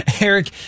Eric